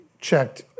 checked